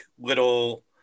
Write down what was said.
little